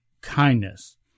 kindness